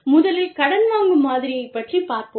முதலில் கடன் வாங்கும் மாதிரியைப் பற்றிப் பார்ப்போம்